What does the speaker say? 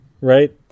Right